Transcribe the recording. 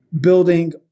building